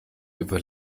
über